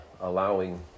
allowing